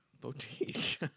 Boutique